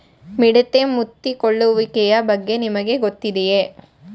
ಮಿಡತೆ ಮುತ್ತಿಕೊಳ್ಳುವಿಕೆಯ ಬಗ್ಗೆ ನಿಮಗೆ ತಿಳಿದಿದೆಯೇ?